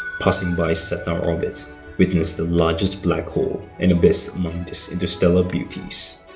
passing by sedna's orbit witness the largest black hole an abyss, among these interstellar beauties